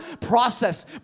process